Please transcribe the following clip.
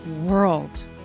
world